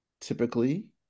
typically